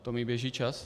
To mi běží čas?